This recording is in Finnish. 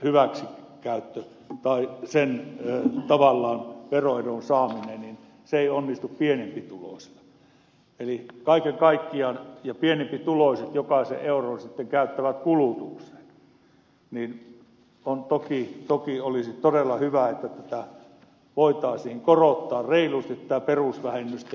senkään hyväksikäyttö tai tavallaan veroedun saaminen ei onnistu pienempituloiselta ja kaiken kaikkiaan kun pienempituloiset jokaisen euron sitten käyttävät kulutukseen niin toki olisi todella hyvä että voitaisiin korottaa reilusti tätä perusvähennystä